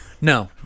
No